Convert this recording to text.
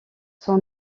son